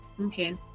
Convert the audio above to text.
Okay